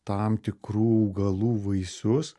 tam tikrų augalų vaisius